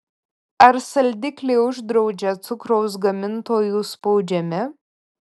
ar saldiklį uždraudžia cukraus gamintojų spaudžiami